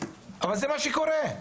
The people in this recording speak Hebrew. אבל זה מה שקורה.